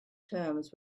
terms